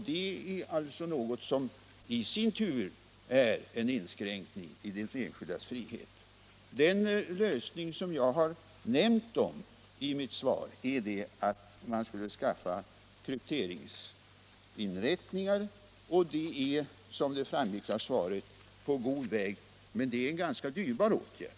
Det innebär i sin tur en inskränkning i den enskildes frihet. Den lösning som jag har nämnt i mitt svar är att man skulle skaffa krypteringsapparatur. Som framgår av svaret är man på god väg. Men det är en ganska dyrbar åtgärd.